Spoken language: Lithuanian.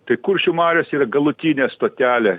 tai kuršių marios yra galutinė stotelė